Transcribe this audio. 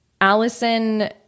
Allison